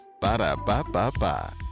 Ba-da-ba-ba-ba